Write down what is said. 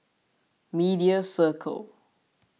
Media Circle